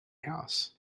house